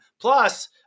Plus